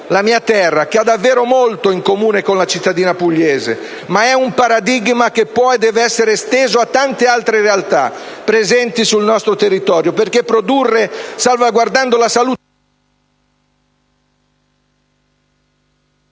la mia terra, che ha davvero molto in comune con la cittadina pugliese, ma è un paradigma che può e deve essere esteso a tante altre realtà presenti sul nostro territorio, perché produrre salvaguardando la salute